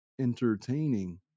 entertaining